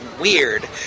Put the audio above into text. weird